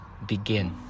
begin